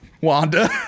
Wanda